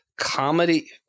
comedy